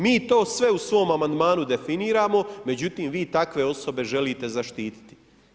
Mi to sve u svom amandmanu definiramo, međutim vi takve osobe želite zaštititi.